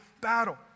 battle